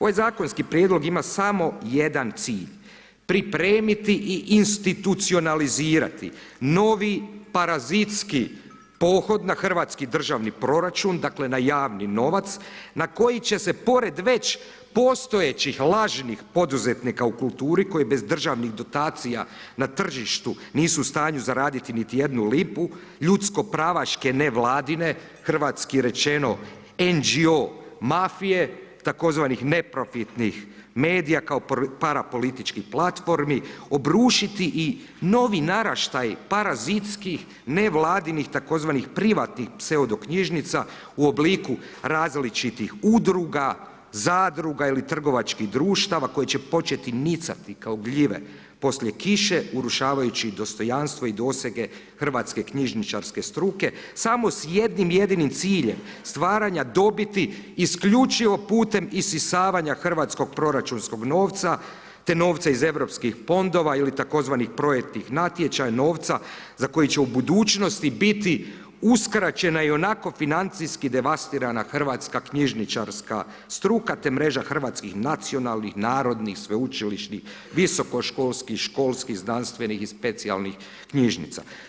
Ovaj zakonski prijedlog ima samo jedan cilj, pripremiti i institucionalizirati novi parazitski pohod na hrvatski državni proračun, dakle na javni novac na koji će se pored već postojećih lažnih poduzetnika u kulturi, koji bez državni dotacija na tržištu nisu u stanju zaraditi niti jednu lipu, ljudsko pravaške nevladine, hrvatski rečeno NGO mafije, tzv. neprofitnih medija kao parapolitičkih platformi obrušiti i novi naraštaj parazitskih nevladinih tzv. privatnih pseudo knjižnica u obliku različitih udruga, zadruga ili trgovačkih društava koji će početi nicati kao gljive poslije kiše urušavajući dostojanstvo i dosege hrvatske knjižničarske struke samo s jednim jedinim ciljem, stvaranja dobiti isključivo putem isisavanja hrvatskog proračunskog novca te novca iz EU fondova ili tzv. projektnih natječaja, novca za koji će u budućnosti biti uskraćena ionako financijski devastirana hrvatska knjižničarska struka te mreža hrvatskih nacionalnih, narodnih, sveučilišnih, visokoškolskih, školskih, znanstvenih i specijalnih knjižnica.